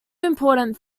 important